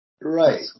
Right